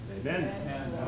Amen